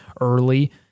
early